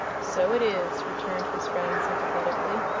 so it is, returned his friend sympathetically.